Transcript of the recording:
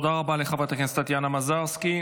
תודה רבה לחברת הכנסת טטיאנה מזרסקי.